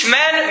men